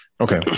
Okay